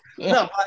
No